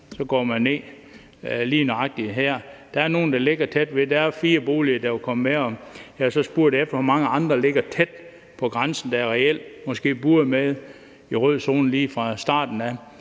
så går man ned lige nøjagtig her. Der er nogle, der ligger tæt ved. Der er fire boliger, der vil komme med, og jeg har så spurgt efter, hvor mange andre der ligger tæt på grænsen, der reelt måske burde være med i rød zone lige fra starten af.